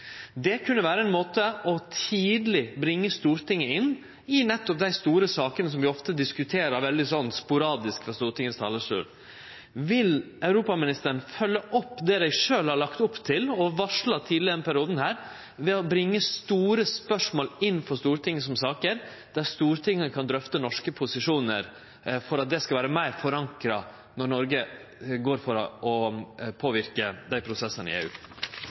Det kunne vere ein måte for tidleg å bringe Stortinget inn i nettopp dei store sakene som vi ofte diskuterer veldig sporadisk frå Stortingets talarstol. Vil europaministeren følgje opp det dei sjølve har lagt opp til og varsla tidleg i denne perioden, ved å bringe store spørsmål inn for Stortinget som saker, der Stortinget kan drøfte norske posisjonar for at dei skal vere meir forankra når Noreg går for å påverke dei prosessane i EU?